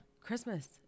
Christmas